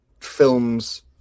films